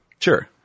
Sure